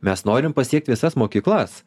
mes norim pasiekt visas mokyklas